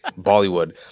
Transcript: Bollywood